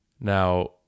Now